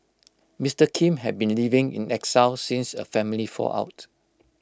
Mister Kim had been living in exile since A family fallout